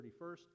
31st